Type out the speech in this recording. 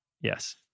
Yes